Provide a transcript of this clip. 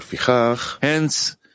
Hence